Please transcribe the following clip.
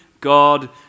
God